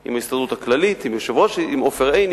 עם עופר עיני,